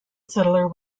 settler